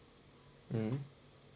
hmm